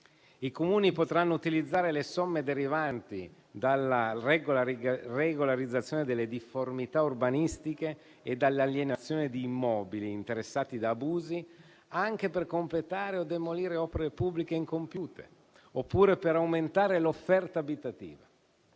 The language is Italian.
i Comuni potranno utilizzare le somme derivanti dalla regolarizzazione delle difformità urbanistiche e dall'alienazione di immobili interessati da abusi anche per completare o demolire opere pubbliche incompiute oppure per aumentare l'offerta abitativa.